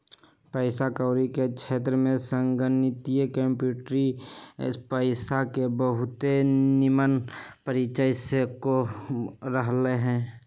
पइसा कौरी के क्षेत्र में संगणकीय कंप्यूटरी पइसा के बहुते निम्मन परिचय सेहो रहलइ ह